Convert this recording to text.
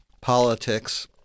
politics